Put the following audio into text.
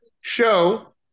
show